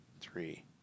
three